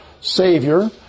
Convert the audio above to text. Savior